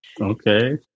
Okay